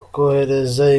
kohereza